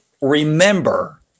remember